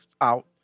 out